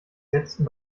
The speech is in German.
setzten